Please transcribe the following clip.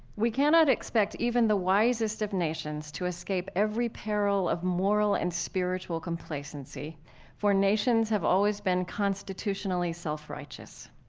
we cannot expect even the wisest of nations to escape every peril of moral and spiritual complacency for nations have always been constitutionally self-righteous.